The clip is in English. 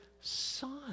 son